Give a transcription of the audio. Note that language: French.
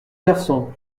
garçon